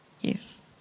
Yes